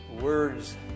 Words